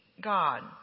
God